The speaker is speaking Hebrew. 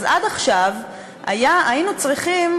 אז עד עכשיו היינו צריכים,